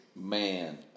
Man